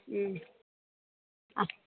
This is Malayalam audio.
ഉം ആ